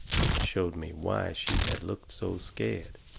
which showed me why she had looked so scared.